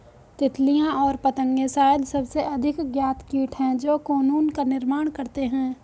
तितलियाँ और पतंगे शायद सबसे अधिक ज्ञात कीट हैं जो कोकून का निर्माण करते हैं